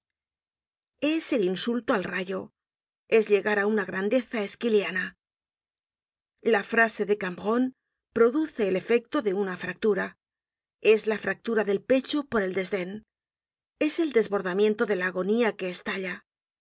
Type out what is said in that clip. es el insulto al rayo es llegar á una grandeza esquiliana la frase de cambronne produce el efecto de una fractura es la fractura del pecho por el desden es el desbordamiento de la agonía que